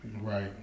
Right